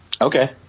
Okay